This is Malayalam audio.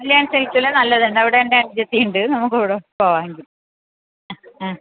കല്യാൺ സിൽക്സിൽ നല്ലതുണ്ട് അവിടെ എൻ്റെ അനുജത്തിയുണ്ട് നമുക്ക് അവിടെ പോവാം എങ്കിൽ അ ആ